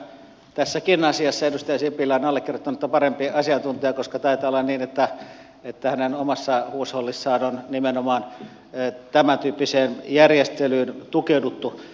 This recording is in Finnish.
tiedän että tässäkin asiassa edustaja sipilä on allekirjoittanutta parempi asiantuntija koska taitaa olla niin että hänen omassa huushollissaan on nimenomaan tämäntyyppiseen järjestelyyn tukeuduttu